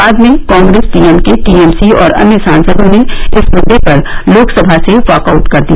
बाद में Congress D M K T M C और अन्य सांसदों ने इस मुद्दे पर लोकसभा से वॉकआउट कर दिया